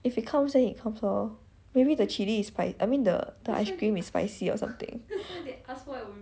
then it comes lor maybe the chili is sp~ I mean the the ice cream is spicy or something